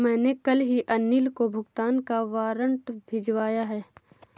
मैंने कल ही अनिल को भुगतान का वारंट भिजवाया है